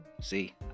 See